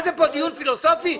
זה דיון פילוסופי?